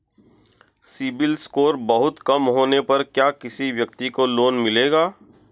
CIBIL score बहुत कम होने पर क्या किसी व्यक्ति को लोंन मिलेगा?